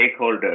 stakeholders